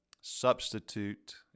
substitute